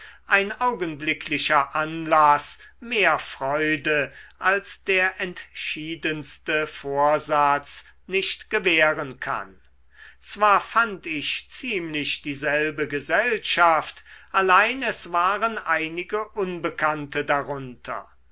ein augenblicklicher anlaß mehr freude als der entschiedenste vorsatz nicht gewähren kann zwar fand ich ziemlich dieselbe gesellschaft allein es waren einige unbekannte darunter